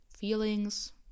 feelings